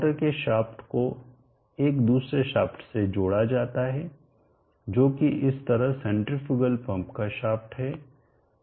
motor के shaft को एक दूसरे शाफ्ट से जोड़ा जाता है जो की इस तरह सेन्ट्रीफ्यूगल पंप का शाफ्ट है